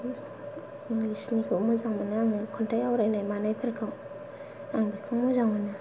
इंलिसनिखौ मोजां मोनो आङो खन्थाइ आवरायनाय मानाय फोरखौ आं बेखौ मोजां मोनो